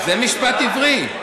זה משפט עברי.